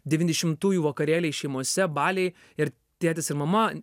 devyniašimtųjų vakarėliai šeimose baliai ir tėtis ir mama